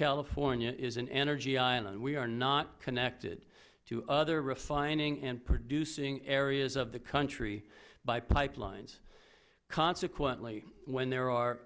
california is an energy island we are not connected to other refining and producing areas of the country by pipelines consequently when there are